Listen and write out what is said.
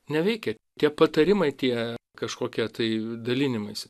neveikia tie patarimai tie kažkokie tai dalinimaisi